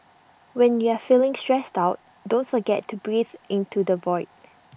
when you are feeling stressed out don't forget to breathe into the void